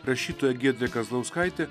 rašytoja giedrė kazlauskaitė